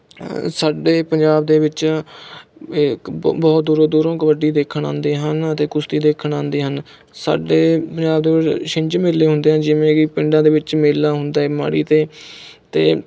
ਸਾਡੇ ਪੰਜਾਬ ਦੇ ਵਿੱਚ ਇੱਕ ਬਹੁਤ ਦੂਰੋਂ ਦੂਰੋਂ ਕਬੱਡੀ ਦੇਖਣ ਆਉਂਦੇ ਹਨ ਅਤੇ ਕੁਸ਼ਤੀ ਦੇਖਣ ਆਉਂਦੇ ਹਨ ਸਾਡੇ ਪੰਜਾਬ ਦੇ ਵਿੱਚ ਛਿੰਝ ਮੇਲੇ ਹੁੰਦੇ ਹਨ ਜਿਵੇਂ ਕਿ ਪਿੰਡਾਂ ਦੇ ਵਿੱਚ ਮੇਲਾ ਹੁੰਦਾ ਹੈ ਮਾੜੀ 'ਤੇ 'ਤੇ